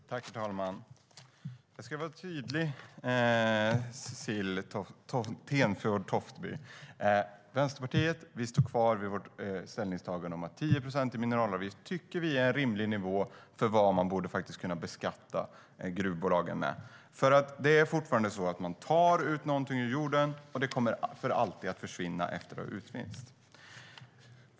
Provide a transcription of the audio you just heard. Herr ålderspresident! Jag ska vara tydlig, Cecilie Tenfjord-Toftby. Vi i Vänsterpartiet står kvar vid vårt ställningstagande att 10 procent är en rimlig nivå på det man borde kunna beskatta gruvbolagen med. Man tar någonting ur jorden, och det kommer för alltid att försvinna efter att det utvunnits.